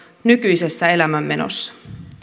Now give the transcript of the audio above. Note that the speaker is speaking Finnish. nykyisessä elämänmenossa